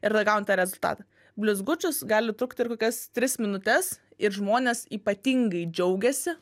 ir tada gauni tą rezultatą blizgučius gali trukti ir kokias tris minutes ir žmonės ypatingai džiaugiasi